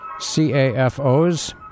CAFOs